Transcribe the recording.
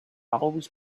always